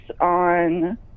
on